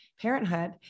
parenthood